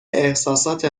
احساسات